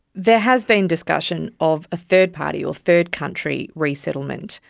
there has been discussion of a third party or third country resettlement.